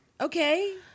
Okay